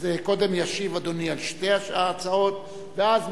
אז קודם ישיב אדוני על שתי ההצעות ואז,